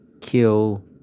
kill